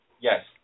Yes